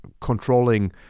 controlling